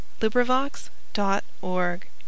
LibriVox.org